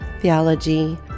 theology